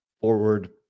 forward